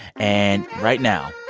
and right now,